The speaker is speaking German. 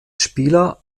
spieler